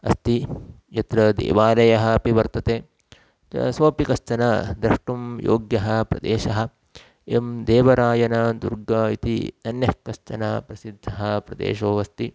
अस्ति यत्र देवालयः अपि वर्तते सोपि कश्चन द्रष्टुं योग्यः प्रदेशः एवं देवरायनदुर्गा इति अन्यः कश्चन प्रसिद्धः प्रदेशो अस्ति